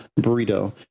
Burrito